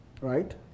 Right